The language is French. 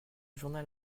journal